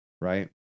Right